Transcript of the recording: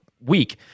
week